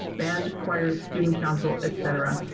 band, choir, student council, et cetera.